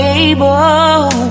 able